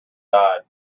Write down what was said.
died